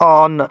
on